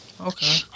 Okay